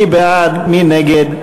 מי בעד, מי נגד?